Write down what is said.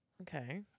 Okay